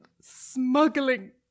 smuggling